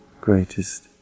greatest